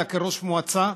אלא כראש מועצה.